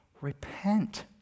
repent